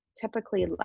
typically